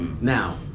Now